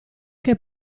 che